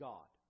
God